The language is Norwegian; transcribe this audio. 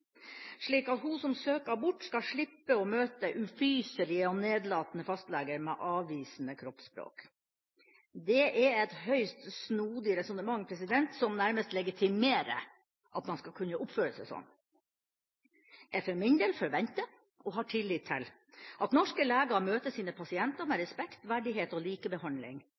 slik at hun som søker abort, skal slippe å møte ufyselige og nedlatende fastleger med avvisende kroppsspråk. Det er et høyst snodig resonnement, som nærmest legitimerer at man skal kunne oppføre seg sånn. Jeg for min del forventer og har tillit til at norske leger møter sine pasienter med respekt, verdighet og likebehandling